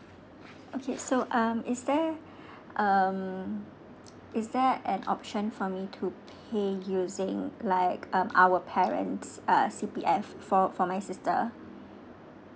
okay so um is there um is there an option for me to pay using like um our parents uh C_P_F for for my sister